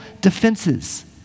defenses